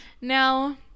now